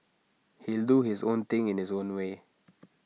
he'll do his own thing in his own way